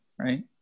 Right